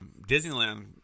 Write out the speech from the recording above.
Disneyland